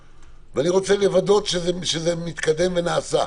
מאוד ואני רוצה לוודא שזה מתקדם ונעשה.